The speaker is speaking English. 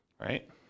right